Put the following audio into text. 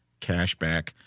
cashback